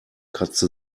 kratzte